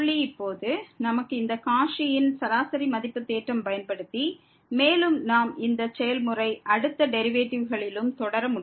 இப்போது நமக்கு இந்த காச்சி யின் சராசரி மதிப்பு தேற்றத்தை பயன்படுத்தி மேலும் நாம் இந்த செயல்முறையை அடுத்த டெரிவேட்டிவ்களிலும் தொடர முடியும்